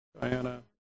Diana